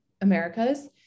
Americas